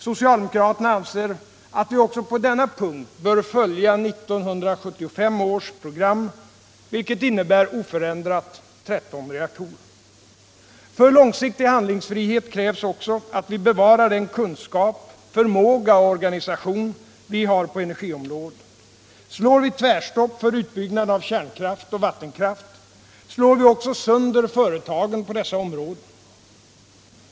Socialdemokraterna anser att vi också på denna punkt bör följa 1975 års program, vilket innebär oförändrat 13 reaktorer. För långsiktig handlingsfrihet krävs också att vi bevarar den kunskap, förmåga och organisation vi har på energiområdet. Slår vi tvärstopp för utbyggnaden av kärnkraft och vattenkraft slår vi också sönder företagen på dessa områden.